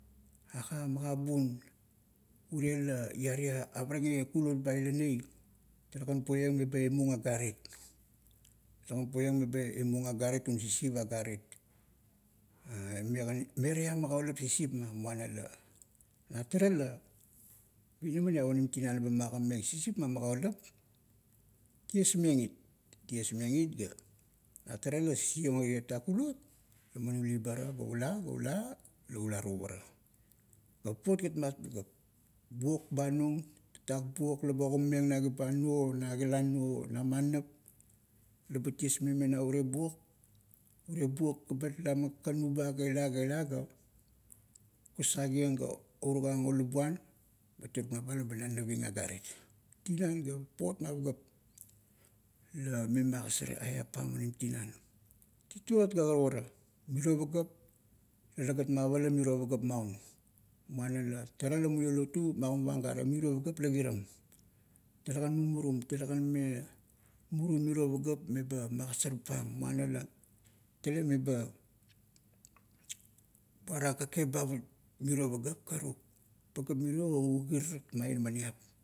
Aga magabun urie la iarie, avaragaeieng kulot ba ilanei, talegan puoieng meba imung agarit. Talegan puoieng meba imung agarit un sisip agarit, mime gam meraiam magaulap sisip ma, muana la no tara la, inaminiap onim tinan laba magimameng sisip ma magaulup, tiesmeng it, tiedmang it ga, na tara la sisiong ara irie tatak kulot, gaman ulibara, ga ula, ga ula, ga ular uvara. Papot gat ma pagap, buok ba nung, tatak buok laba ogima meng na kiban nuo, o na kilan nuo, o na man nap. Leba tiesmeng me na urie buok, urie buok ga bat ila man kakanu ba, ga ila, ga ila, ga kusakieng, ga urukang olabuan, bat tutpnaba laba nala having agarit. Tinan, ga papot ma pagap, la ime magasar eap pam onim tinan. Tituot, ga karukara, miro pagap, talegat mavala miro pagap maun. Muana la, tara la muio lotu, magimavang gare miro pagap la kiram. Talegan mumurum, talegan mime murum miro pagap, meba magasarpang, muana la tale meba parang kakep ba ma miro pagap, karuk, pagap miro u ugirat ma inamaniap.